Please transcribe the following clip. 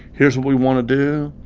here's what we want to do.